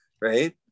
Right